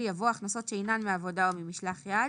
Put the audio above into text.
יבוא: "7ו.הכנסות שאינן מעבודה או ממשלח יד